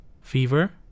Fever